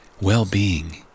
well-being